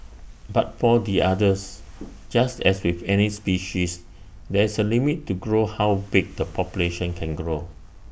but for the otters just as with any species there is A limit to grow how big the population can grow